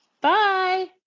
Bye